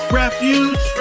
refuge